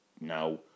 no